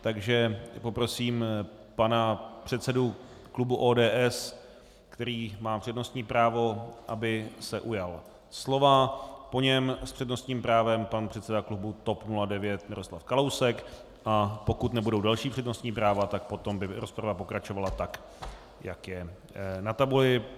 Takže poprosím pana předsedu klubu ODS, který má přednostní právo, aby se ujal slova, po něm s přednostním právem pan předseda klubu TOP 09 Miroslav Kalousek, a pokud nebudou další přednostní práva, tak potom by rozprava pokračovala tak, jak je na tabuli.